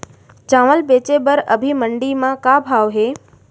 चांवल बेचे बर अभी मंडी म का भाव हे?